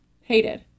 hated